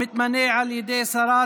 המתמנה על ידי שרת